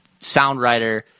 Soundwriter